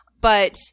but-